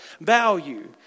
value